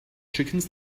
chickens